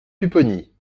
pupponi